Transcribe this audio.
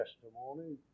testimony